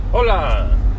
Hola